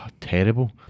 Terrible